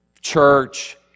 church